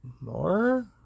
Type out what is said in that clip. more